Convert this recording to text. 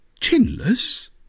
Chinless